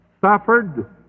suffered